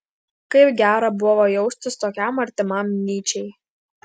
kaip gera buvo jaustis tokiam artimam nyčei